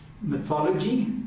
mythology